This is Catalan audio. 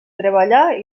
treballar